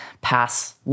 pass